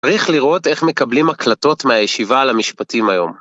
צריך לראות איך מקבלים הקלטות מהישיבה על המשפטים היום.